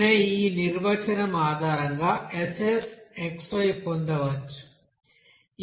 xi xyi yఅనే ఈ నిర్వచనం ఆధారంగా SSxy పొందవచ్చు